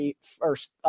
first